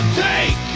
take